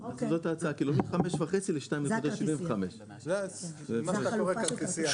להוריד מ- 5.5 ל- 2.75. זו החלופה של כרטיסיה.